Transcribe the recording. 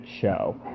show